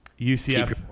UCF